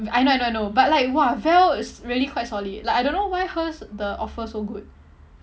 I know I know I know but like !wah! vel is really quite solid like I don't know why hers the offer so good